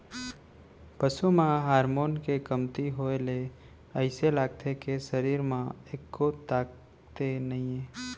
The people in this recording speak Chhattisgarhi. पसू म हारमोन के कमती होए ले अइसे लागथे के सरीर म एक्को ताकते नइये